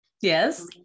Yes